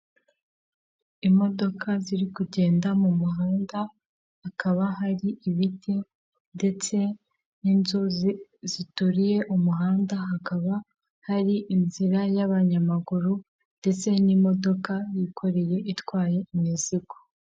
Umugore wicaye wambaye agashati k'amaboko aciye k'ibara rya roza wambaye ijipo y'umweru irimo imirongo yicyatsi imanuka uteze igitambaro mu mutwe ari guseka inyuma ye hari ibiribwa nk'imbuto inyanya tungurusumu ndetse n'ibindi bitandukanye.